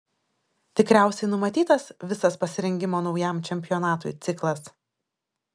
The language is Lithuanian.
tikriausiai numatytas visas pasirengimo naujam čempionatui ciklas